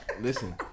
Listen